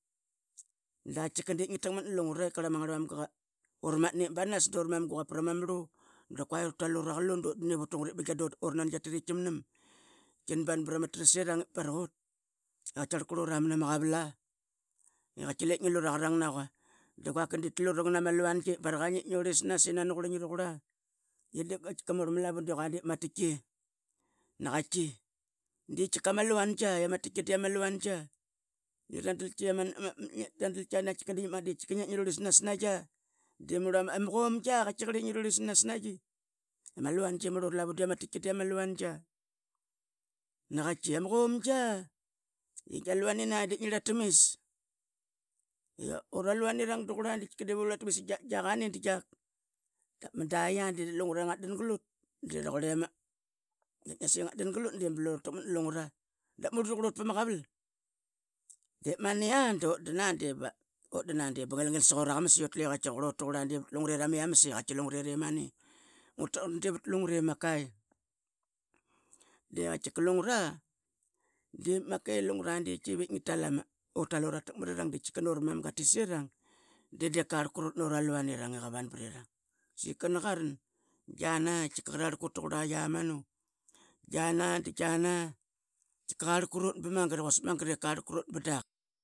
I qrlura ivit pama qaval da katkika di ngia takmat na lungra ip ma ngarlmamge ur matna banas dur mam qakapat ama marlu da qua ur tal ama kalun ip bingia du ranan qia tit ip tkia manam ip pra ma tras, irang ip barak ut. Tkikar qrlura mana ma qaval a. Katki lep ngi lu ra qrang naqua, guaka di tlu rangana qa ma luangi na qua baraka ngi ip agu rlisnas. I murl ma lavu di ama titki di katkika ma luanga ia ma titki di ama luanga ira dalki ama qogia ingi rurlisnas naiqi igia luangia imurl ura lavu di ama titki di ama luanggia i trlatamis. Da madia dlu ngra ngat dan glut di bluratan mat na lungra. Dap murl di qurlut pama qaval, ip mani a du dan di ba ngilngil sak ura qamas di katki qrlut tuqurla put ilungurera mia mas. Ngu takna di vat lungri murl De kakika lungra dip makai lungra divip ngi tal ama takmarirang du ramam qa tit serang di nani qarl qrut nu ra luanirang saiyika nani qaran da qarl qrut i giana di gia na tkika qarl qrut ba magat quasik magat ip dapak.